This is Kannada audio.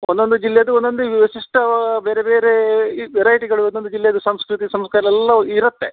ಒಂದೊಂದು ಜಿಲ್ಲೇದು ಒಂದೊಂದು ವಿಶಿಷ್ಟ ಬೇರೆ ಬೇರೆ ಇದು ವೆರೈಟಿಗಳು ಒಂದೊಂದು ಜಿಲ್ಲೇದು ಸಂಸ್ಕೃತಿ ಸಂಸ್ಕಾರ ಎಲ್ಲವೂ ಇರುತ್ತೆ